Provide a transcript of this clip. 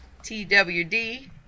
TWD